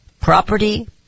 Property